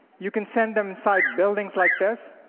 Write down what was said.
you can send them inside buildings like this,